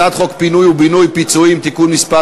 הצעת חוק פינוי ובינוי (פיצויים) (תיקון מס'